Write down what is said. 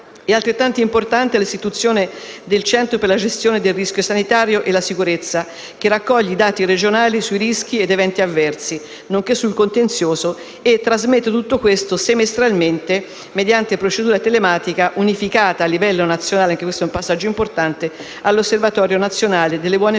Altrettanto importante è l'istituzione del Centro per la gestione del rischio sanitario e la sicurezza del paziente, che raccoglie i dati regionali sui rischi e sugli eventi avversi, nonché sul contenzioso, e trasmette tutto questo semestralmente, mediante procedura telematica unificata a livello nazionale (anche questo è un passaggio importante), all'Osservatorio nazionale delle buone pratiche